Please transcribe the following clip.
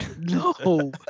No